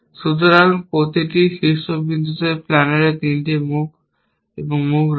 সুতরাং প্রতিটি শীর্ষবিন্দুতে প্ল্যানারের 3টি মুখ এবং মুখ রয়েছে